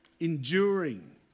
enduring